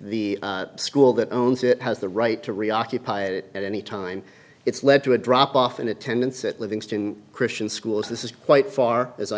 the school that owns it has the right to reoccupied it at any time it's led to a drop off in attendance at livingston christian schools this is quite far as i